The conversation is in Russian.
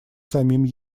самим